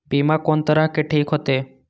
बीमा कोन तरह के ठीक होते?